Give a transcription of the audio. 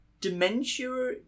dementia